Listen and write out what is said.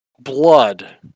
Blood